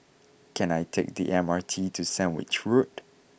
can I take the M R T to Sandwich Road